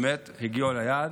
באמת הגיעו ליעד,